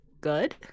good